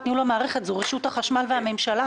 ניהול המערכת אלא זה רשות החשמל והממשלה.